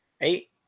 Eight